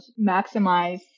maximize